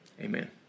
Amen